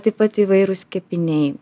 taip pat įvairūs kepiniai